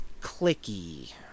clicky